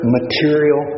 material